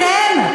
אתם?